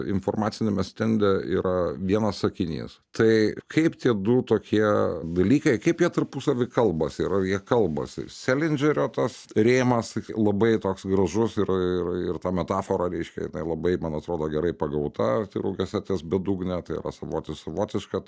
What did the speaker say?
informaciniame stende yra vienas sakinys tai kaip tiedu tokie dalykai kaip jie tarpusavy kalbasi ir ar jie kalbasi selindžerio tas rėmas labai toks gražus ir ir ta metafora reiškia jinai labai man atrodo gerai pagauta ir rugiuose ties bedugne tai yra savoti savotiška